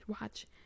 watch